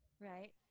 Right